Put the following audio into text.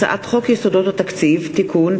הצעת חוק חופשה שנתית (תיקון,